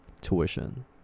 Tuition